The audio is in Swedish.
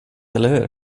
eller